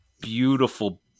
beautiful